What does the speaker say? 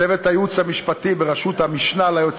צוות הייעוץ המשפטי בראשות המשנה ליועץ